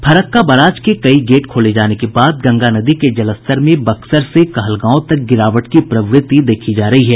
Farakka barrage के कई gate खोले जाने के बाद गंगा नदी के जलस्तर में बक्सर से कहलगांव तक गिरावट की प्रवृति देखी जा रही है